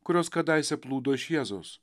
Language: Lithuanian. kurios kadaise plūdo iš jėzaus